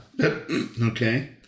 okay